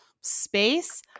space